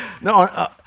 No